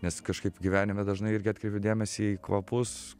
nes kažkaip gyvenime dažnai irgi atkreipiu dėmesį į kvapus